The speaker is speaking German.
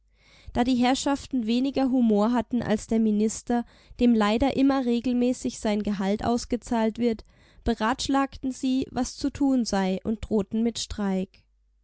da die herrschaften weniger humor hatten als der minister dem leider immer regelmäßig sein gehalt ausgezahlt wird beratschlagten sie was zu tun sei und drohten mit streik